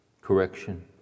correction